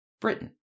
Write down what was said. Britain